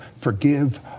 forgive